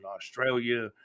Australia